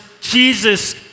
Jesus